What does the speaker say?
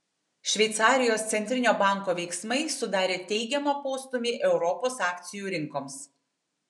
šveicarijos centrinio banko veiksmai sudarė teigiamą postūmį europos akcijų rinkoms